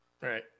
Right